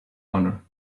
honor